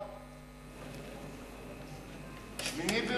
8 במרס.